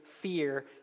fear